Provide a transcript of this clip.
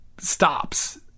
Stops